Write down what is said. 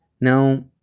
Now